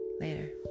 Later